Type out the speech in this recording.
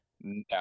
No